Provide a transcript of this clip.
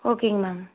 ஓகேங்க மேம்